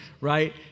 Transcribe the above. right